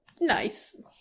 nice